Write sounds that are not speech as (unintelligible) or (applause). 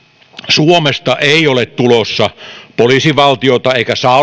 suomesta ei ole tulossa poliisivaltiota eikä saa (unintelligible)